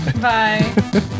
Bye